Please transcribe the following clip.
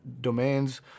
domains